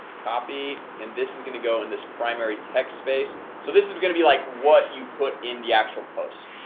copy and this is gonna go in this primary tech space so this is gonna be like what you put in the actual post,